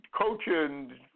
coaching